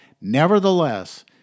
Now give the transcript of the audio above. Nevertheless